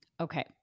Okay